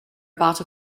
about